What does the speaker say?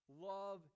love